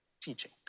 teaching